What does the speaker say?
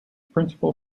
principal